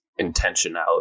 intentionality